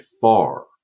far